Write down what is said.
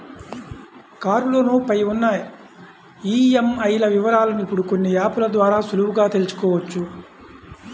కారులోను పై ఉన్న ఈఎంఐల వివరాలను ఇప్పుడు కొన్ని యాప్ ల ద్వారా సులువుగా తెల్సుకోవచ్చు